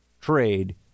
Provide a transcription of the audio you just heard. trade